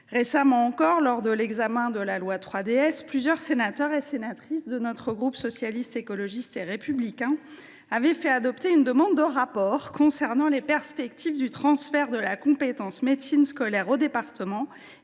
Récemment encore, lors de l’examen de la loi 3DS, plusieurs sénateurs et sénatrices du groupe Socialiste, Écologiste et Républicain ont fait adopter une demande de rapport sur « les perspectives du transfert de la médecine scolaire aux départements